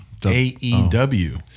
AEW